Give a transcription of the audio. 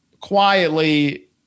quietly